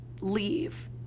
leave